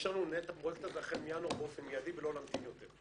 שיאפשר לנו לנהל את הפרויקט הזה החל מינואר באופן מידי ולא להמתין יותר.